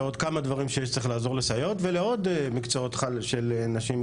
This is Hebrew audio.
ועוד כמה דברים שצריך לעזור לסייעות ולעוד מקצועות של נשים,